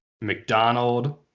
McDonald